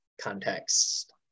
context